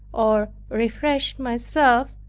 or refresh myself,